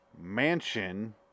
mansion